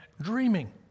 dreaming